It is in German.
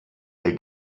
der